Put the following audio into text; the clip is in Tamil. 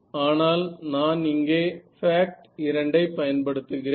ஆனால் நான் இங்கே பேக்ட் 2 ஐ பயன்படுத்துகிறேன்